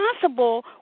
possible